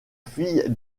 fille